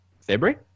February